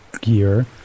gear